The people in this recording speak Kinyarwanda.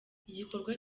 igikorwa